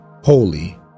holy